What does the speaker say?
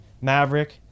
Maverick